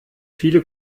viele